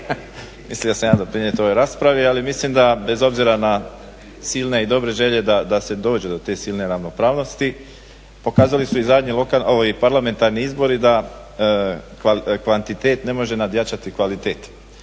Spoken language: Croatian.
mislio sam i ja doprinijeti ovoj raspravi. Ali mislim da, bez obzira na silne i dobre želje da se dođe do te silne ravnopravnosti pokazali su i zadnji parlamentarni izbori da kvantitet ne može nadjačati kvalitet.